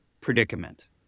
predicament